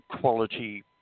quality